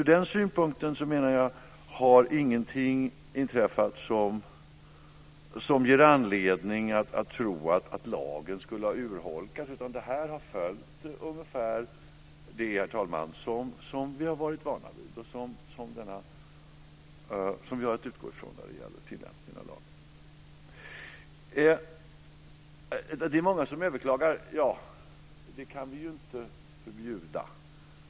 Ur den synpunkten menar jag att ingenting har inträffat som ger oss anledning att tro att lagen skulle ha urholkats, utan man har följt ungefär det, herr talman, som vi har varit vana vid och som vi har att utgå från när det gäller tillämpningen av lagen. Det är många som överklagar. Det kan vi ju inte förbjuda.